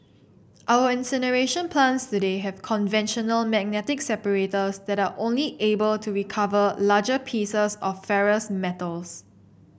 our incineration plants today have conventional magnetic separators that are only able to recover larger pieces of ferrous metals